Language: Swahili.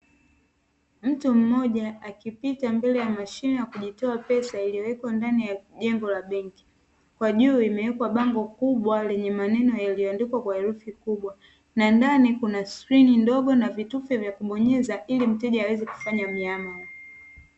Mtu mmoja akipita mbele ya mashine ya kujitoa pesa iliyowekwa ndani ya jengo la benki. Kwa juu imewekwa bango kubwa lenye maneno yaliyoandikwa kwa herufi kubwa, na ndani kuna skrini ndogo na vitufe vya kubonyeza ili mteja aweze kufanya miamala.